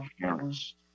parents